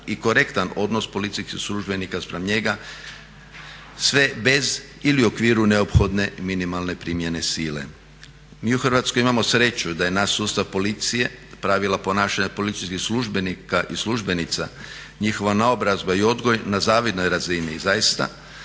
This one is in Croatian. i korektan odnos policijskih službenika spram njega sve bez ili u okviru neophodne minimalne primjene sile. Mi u Hrvatskoj imamo sreću da je naš sustav policije, pravila ponašanja policijskih službenika i službenica, njihova naobrazba i odgoj na zavidnoj razini. I zaista